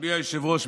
אדוני היושב-ראש,